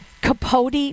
Capote